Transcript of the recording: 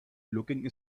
looking